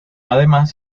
además